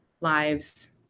lives